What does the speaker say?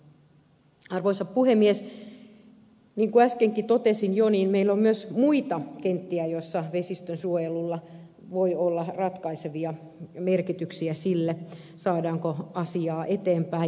niin kuin äskenkin totesin jo meillä on myös muita kenttiä joissa vesistönsuojelulla voi olla ratkaisevia merkityksiä sille saadaanko asiaa eteenpäin